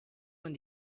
man